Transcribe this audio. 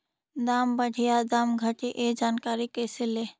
दाम बढ़े या दाम घटे ए जानकारी कैसे ले?